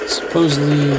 Supposedly